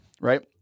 right